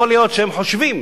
יכול להיות שהם חושבים